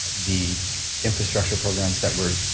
the infrastructure programs that we're,